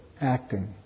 acting